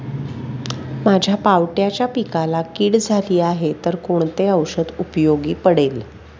माझ्या पावट्याच्या पिकाला कीड झाली आहे तर कोणते औषध उपयोगी पडेल?